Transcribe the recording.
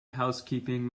housekeeping